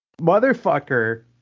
Motherfucker